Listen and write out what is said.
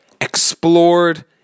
explored